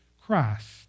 Christ